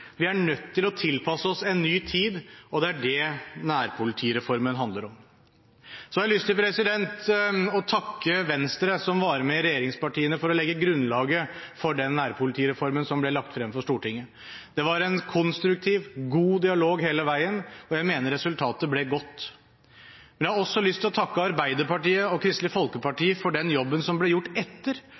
Vi er nødt til å tilpasse oss en ny tid, og det er det nærpolitireformen handler om. Så har jeg lyst til å takke Venstre som var med regjeringspartiene på å legge grunnlaget for den nærpolitireformen som ble lagt frem for Stortinget. Det var en konstruktiv, god dialog hele veien, og jeg mener resultatet ble godt. Jeg har også lyst til å takke Arbeiderpartiet og Kristelig Folkeparti for den jobben som ble gjort etter